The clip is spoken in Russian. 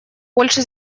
больше